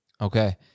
Okay